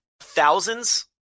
thousands